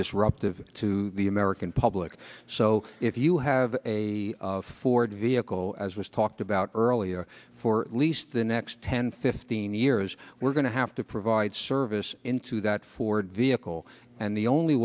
disruptive to the american public so if you have a ford vehicle as was talked about earlier for at least the next ten fifteen years we're going to have to provide service into that ford vehicle and the only